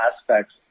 aspects